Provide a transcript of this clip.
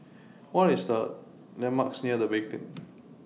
What Are The landmarks near The Beacon